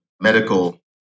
medical